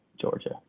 Georgia